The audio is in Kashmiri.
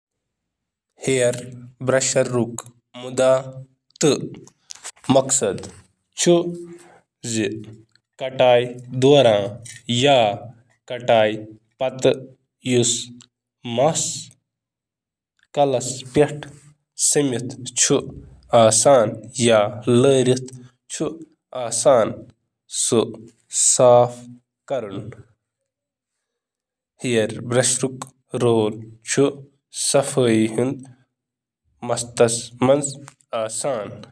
مَس برشُک مقصد چُھ مَس ژٹُن صاف کرُن